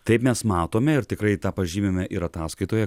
taip mes matome ir tikrai tą pažymime ir ataskaitoje